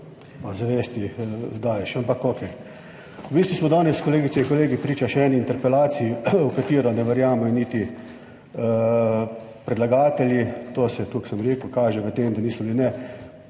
daješ, ampak okej. V bistvu smo danes, kolegice in kolegi, priča še eni interpelaciji, v katero ne verjamejo niti predlagatelji, to se, tako sem rekel, kaže v tem, da niso bili ne